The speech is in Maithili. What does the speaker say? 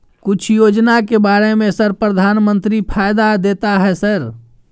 कुछ योजना के बारे में सर प्रधानमंत्री फायदा देता है सर?